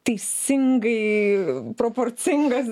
teisingai proporcingas